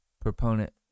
proponent